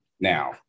now